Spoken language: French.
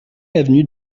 avenue